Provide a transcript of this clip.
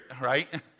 right